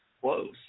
close